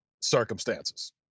circumstances